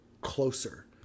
closer